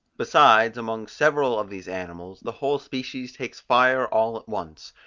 besides, among several of these animals the whole species takes fire all at once,